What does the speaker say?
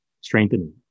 strengthening